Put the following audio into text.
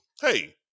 hey